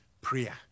prayer